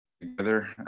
together